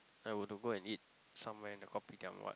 I were to go and eat somewhere in the Kopitiam or what